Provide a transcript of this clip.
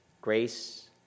Grace